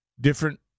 different